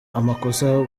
amakosa